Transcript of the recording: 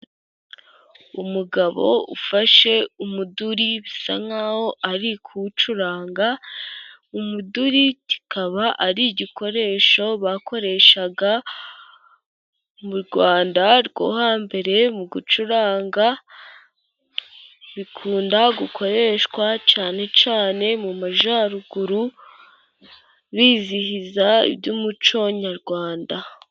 Umugabo ufashe umuduri bisa nk'aho ari kuwucuranga. Umuduri kikaba ari igikoresho bakoreshaga mu Rwanda rwo hambere, mu gucuranga ,bikunda gukoreshwa cyane cyane mu majyaruguru bizihiza iby'umuco nyarwanda.